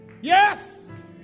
Yes